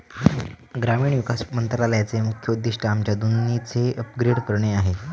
ग्रामीण विकास मंत्रालयाचे मुख्य उद्दिष्ट आमच्या दोन्हीचे अपग्रेड करणे आहे